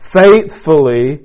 faithfully